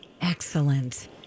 Excellent